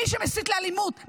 מי שמסית לאלימות,